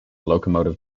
locomotive